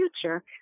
future